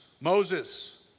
Moses